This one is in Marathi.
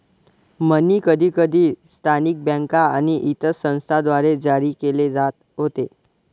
मनी कधीकधी स्थानिक बँका आणि इतर संस्थांद्वारे जारी केले जात होते